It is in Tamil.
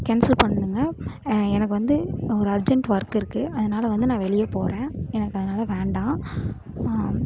கேன்சல் பண்ணுங்கள் எனக்கு வந்து ஒரு அர்ஜென்ட் ஒர்க் இருக்குது அதனால் வந்து நான் வெளியே போகிறேன் எனக்கு அதனால் வேண்டாம்